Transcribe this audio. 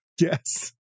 yes